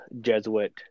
Jesuit